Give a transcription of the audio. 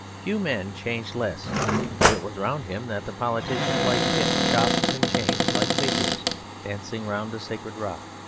few men changed less it was round him that the politicians like pitt chopped and changed, like fakirs dancing round a sacred rock.